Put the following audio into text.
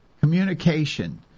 communication